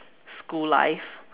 school life